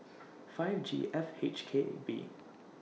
five G F H K B